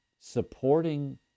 supporting